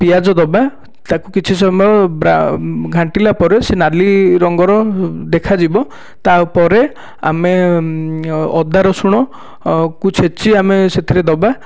ପିଆଜ ଦବା ତାକୁ କିଛି ସମୟ ଘାଣ୍ଟିଲା ପରେ ସେ ନାଲି ରଙ୍ଗର ଦେଖାଯିବ ତାପରେ ଆମେ ଅଦା ରସୁଣ କୁ ଛେଚି ଆମେ ସେଥିରେ ଦବା